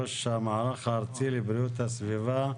ראש המערך הארצי לבריאות הסביבה,